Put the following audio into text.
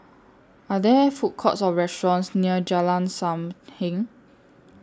Are There Food Courts Or restaurants near Jalan SAM Heng